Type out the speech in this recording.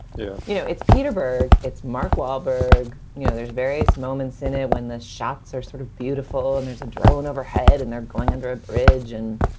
yeah. you know, it's petersberg. it's mark wahlberg. you know, there's various moments in it when the shots are sort of beautiful and there's a drone overhead and they're going under a bridge. and,